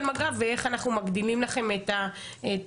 מג"ב ואיך אנחנו מגדילים לכם את הסד"כ,